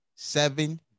Seven